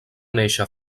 néixer